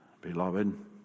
beloved